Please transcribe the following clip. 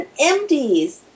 MDs